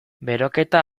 beroketa